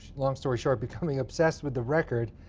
long story short becoming obsessed with the record.